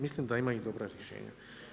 Mislim da ima i dobra rješenja.